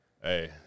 Hey